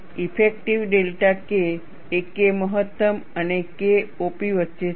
તેથી effective delta k એ K મહત્તમ અને K op વચ્ચે છે